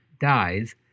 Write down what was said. dies